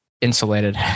insulated